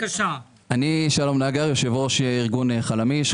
אני יושב-ראש ארגון חלמי"ש,